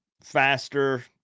faster